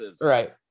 right